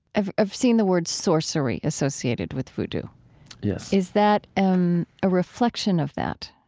i've, i've seen the word sorcery associated with vodou yes is that um a reflection of that?